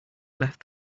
left